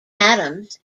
adams